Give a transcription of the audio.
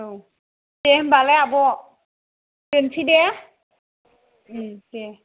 औ दे होमबालाय आब' दोनसै दे दे